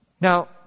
Now